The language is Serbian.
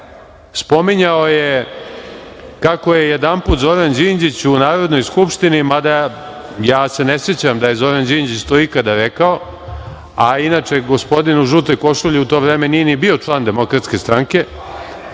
spominjao je kako je jedanput Zoran Đinđić u Narodnoj skupštini, mada se ja ne sećam da je Zoran Đinđić to ikada rekao, a inače gospodin u žutoj košulji u to vreme nije ni bio član DS, on je postao